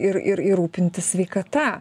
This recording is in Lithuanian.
ir ir ir rūpintis sveikata